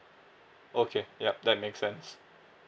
okay yup that makes sense